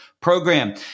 program